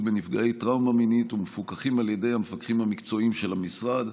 בנפגעי טראומה מינית ומפוקחים על ידי המפקחים המקצועיים של המשרד.